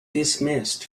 dismissed